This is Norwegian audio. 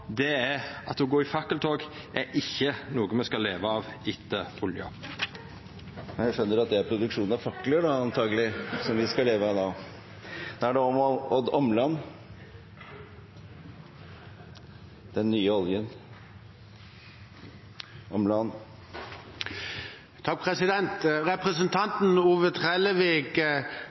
eg trygg på: Å gå i fakkeltog er ikkje noko vi skal leva av etter olja. Presidenten skjønner at det er produksjon av fakler, antakelig, som vi skal leve av! Representanten Ove Bernt Trellevik